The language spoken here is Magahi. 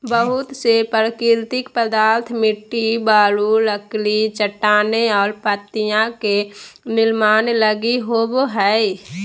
बहुत से प्राकृतिक पदार्थ मिट्टी, बालू, लकड़ी, चट्टानें और पत्तियाँ के निर्माण लगी होबो हइ